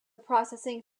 processing